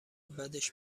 بدش